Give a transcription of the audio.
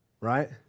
Right